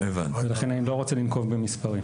לכן אני לא רוצה לנקוב במספרים.